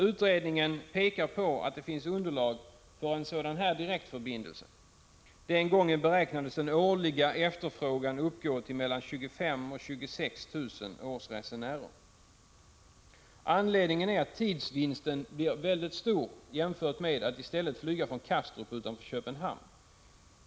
Utredningen pekar på att det finns underlag för en sådan här direktförbindelse. Den gången beräknades den årliga efterfrågan uppgå till mellan 25 000 och 26 000 årsresenärer. Anledningen är att tidsvinsten blir väldigt stor jämfört med att i stället flyga från Kastrup utanför Köpenhamn.